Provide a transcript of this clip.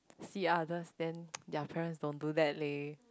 see others then their parents don't do that leh